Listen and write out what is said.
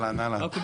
חברים,